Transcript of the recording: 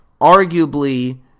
Arguably